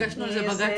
הגשנו על זה בג"ץ.